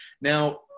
Now